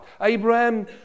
Abraham